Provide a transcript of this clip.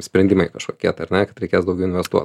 sprendimai kažkokie tai ar ne kad reikės daugiau investuot